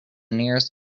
nearest